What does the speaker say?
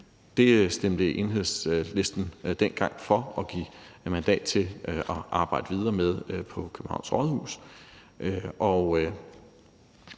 det stemte Enhedslisten dengang for at give mandat til at arbejde videre med på Københavns Rådhus.